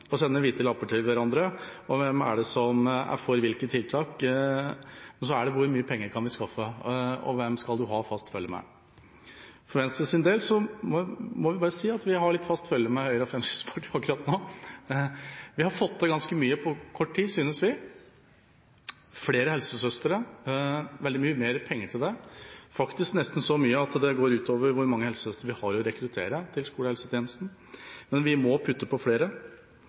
Hvem er for hvilke tiltak? Hvor mye penger kan vi skaffe? Hvem skal du ha fast følge med? For Venstres del må jeg si at vi har litt fast følge med Høyre og Fremskrittspartiet akkurat nå. Og vi har fått til ganske mye på kort tid, synes vi: Vi har fått veldig mye mer penger til flere helsesøstre – faktisk nesten så mye at det går ut over hvor mange helsesøstre som kan rekrutteres til skolehelsetjenesten. Men vi må ha inn flere.